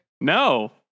no